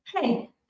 hey